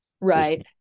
Right